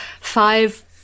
five